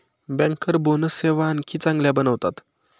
banker bonus सेवा आणखी चांगल्या बनवतात